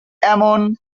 ammon